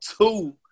two